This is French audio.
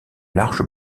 large